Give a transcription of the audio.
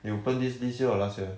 you open this this year or last year